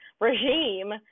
regime